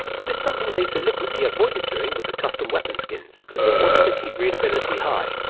but it's something they deliberately avoided doing with the custom weapon skins because they wanted to keep readability high,